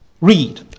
read